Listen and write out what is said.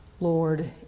Lord